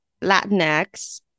Latinx